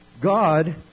God